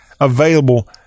available